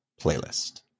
playlist